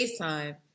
FaceTime